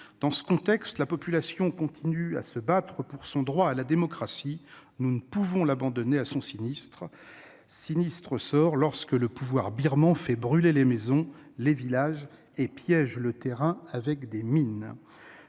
Dans ce contexte, la population continue à se battre pour son droit à la démocratie. Nous ne pouvons pas l'abandonner à son sinistre sort, alors que le pouvoir birman fait brûler des maisons et des villages et piège le terrain avec des mines.